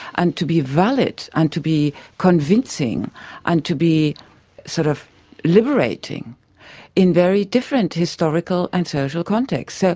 and to be valid and to be convincing and to be sort of liberating in very different historical and social contexts. so